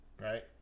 right